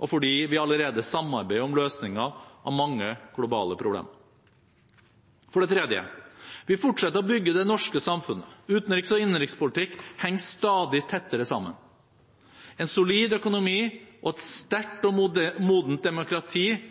og fordi vi allerede samarbeider om løsningen av mange globale problemer. For det tredje: Vi fortsetter å bygge det norske samfunnet. Utenriks- og innenrikspolitikk henger stadig tettere sammen. En solid økonomi og et